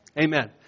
amen